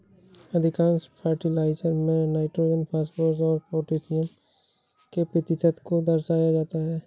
अधिकांश फर्टिलाइजर में nitrogen, phosphorus और पौटेशियम के प्रतिशत को दर्शाया जाता है